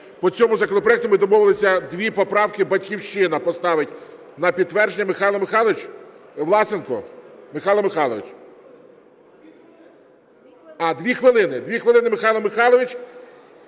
По цьому законопроекту, ми домовилися, дві поправки "Батьківщина" поставить на підтвердження.